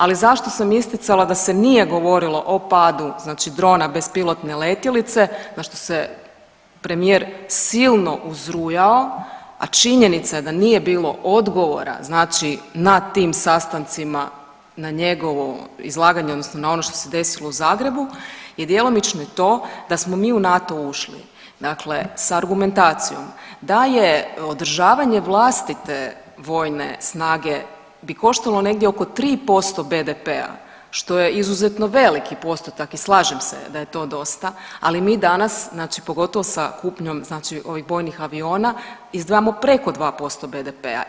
Ali sam zašto isticala da se nije govorilo o padu znači drona bespilotne letjelice, na što se premijer silno uzrujao, a činjenica je da nije bilo odgovora znači na tim sastancima na njegovo izlaganje odnosno na ono što se desilo u Zagrebu je djelomično i to da smo mi u NATO ušli dakle s argumentacijom da je održavanje vlastite vojne snage bi koštalo negdje oko 3% BDP-a što je izuzetno veliki postotak i slažem se da je to dosta, ali mi danas znači pogotovo sa kupnjom znači ovih bojnih aviona izdvajamo preko 2% BDP-a.